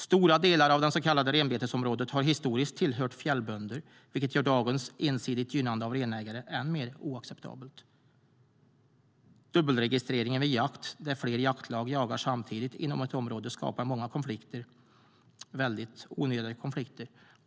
Stora delar av det så kallade renbetesområdet har historiskt tillhört fjällbönder, vilket gör dagens ensidiga gynnande av renägare än mer oacceptabelt. Dubbelregistreringen vid jakt, där flera jaktlag jagar samtidigt inom ett område, skapar många konflikter - väldigt onödiga konflikter.